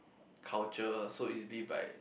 culture so easily by